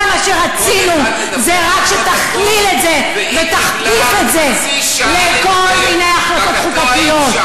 כל מה שרצינו זה רק שתכליל את זה ותכפיף את זה לכל מיני החלטות חוקתיות.